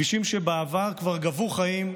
כבישים שבעבר כבר גבו חיים,